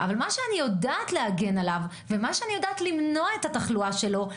אבל מה שאני יודעת להגן עליו ולמנוע את התחלואה שלו,